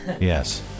Yes